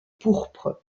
pourpre